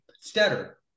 stutter